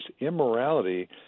immorality